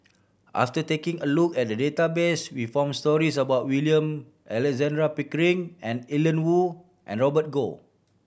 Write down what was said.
after taking a look at the database we found stories about William Alexander Pickering Ian Woo and Robert Goh